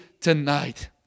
tonight